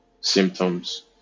symptoms